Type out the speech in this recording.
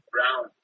Brown